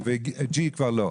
והשלישית לא.